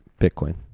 Bitcoin